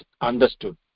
understood